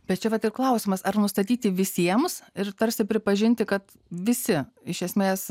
bet čia pat ir klausimas ar nustatyti visiems ir tarsi pripažinti kad visi iš esmės